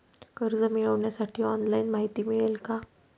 कर्ज मिळविण्यासाठी ऑनलाइन माहिती मिळेल का?